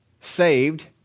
saved